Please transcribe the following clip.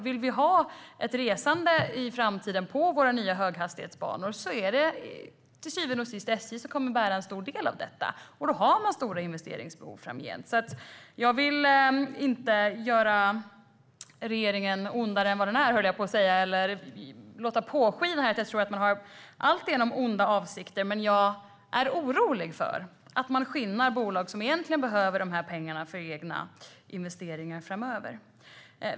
Vill vi ha ett resande i framtiden på våra nya höghastighetsbanor är det till syvende och sist SJ som kommer att bära en stor del av detta, och då har man stora investeringsbehov framgent. Jag vill inte låta påskina att regeringen har alltigenom onda avsikter, men jag är orolig för att man skinnar bolag som egentligen behöver de här pengarna för egna investeringar framöver.